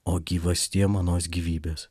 o gyvastie manos gyvybės